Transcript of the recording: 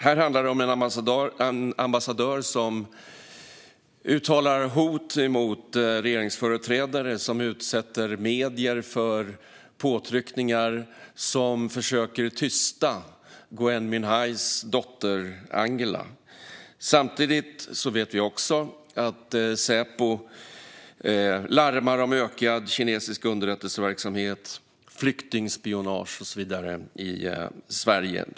Här handlar det om en ambassadör som uttalar hot mot regeringsföreträdare, som utsätter medier för påtryckningar och som försöker tysta Gui Minhais dotter Angela. Samtidigt vet vi att Säpo larmar om ökad kinesisk underrättelseverksamhet, flyktingspionage och så vidare i Sverige.